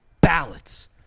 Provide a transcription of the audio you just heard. ballots